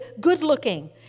good-looking